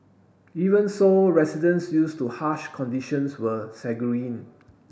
even so residents used to harsh conditions were sanguine